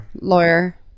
Lawyer